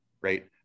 right